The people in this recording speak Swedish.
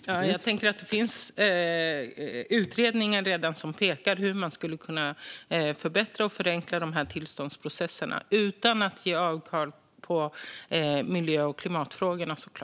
Herr talman! Jag tänker att det redan finns utredningar som pekar på hur man skulle kunna förbättra och förenkla dessa tillståndsprocesser, självklart utan att göra avkall på miljö och klimatfrågorna.